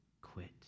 quit